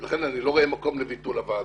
לכן אני לא רואה מקום לביטול הוועדה.